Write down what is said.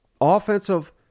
offensive